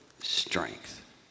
Strength